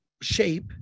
shape